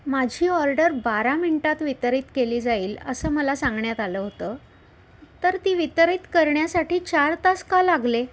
माझी ऑर्डर बारा मिनटात वितरित केली जाईल असं मला सांगण्यात आलं होतं तर ती वितरित करण्यासाठी चार तास का लागले